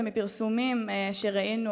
ומפרסומים שראינו,